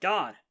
God